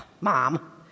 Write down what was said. mom